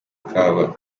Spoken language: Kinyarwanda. kawa